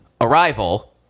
Arrival